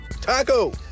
Taco